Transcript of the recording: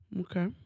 Okay